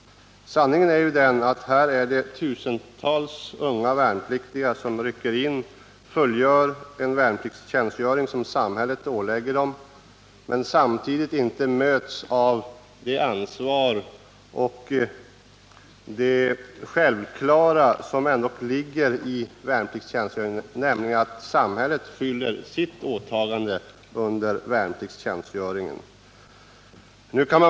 Sanningen är ju den att tusentals unga värnpliktiga rycker in och fullgör en tjänstgöring som samhället ålägger dem, men de möts inte av det som borde vara självklart, nämligen att samhället uppfyller sitt åtagande under värnpliktstjänstgöringen.